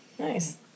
Nice